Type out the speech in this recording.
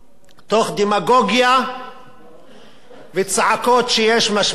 תוך דמגוגיה וצעקות שיש משבר,